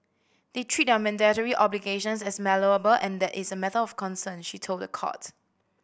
they treat their mandatory obligations as malleable and that is a matter of concern she told the court